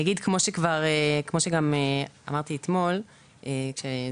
אגיד כמו שאמרתי אתמול לאלעזר,